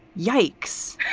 yikes,